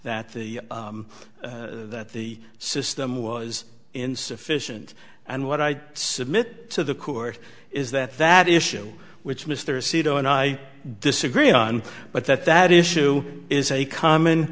that the that the system was insufficient and what i submit to the court is that that issue which mr seato and i disagree on but that that issue is a common